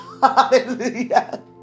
Hallelujah